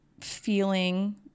feeling